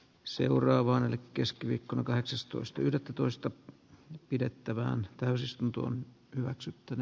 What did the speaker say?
seuraavana keskiviikkona ovat sitoneet lain tiukasti seurantaan